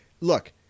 look